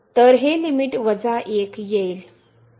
तर हे लिमिट 1 येईल